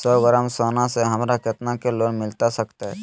सौ ग्राम सोना से हमरा कितना के लोन मिलता सकतैय?